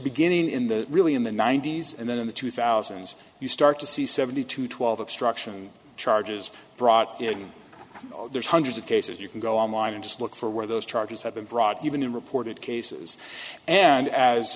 getting in that really in the ninety's and then in the two thousands you start to see seventy to twelve obstruction charges brought in there's hundreds of cases you can go online and just look for where those charges have been brought even reported cases and as